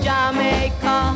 Jamaica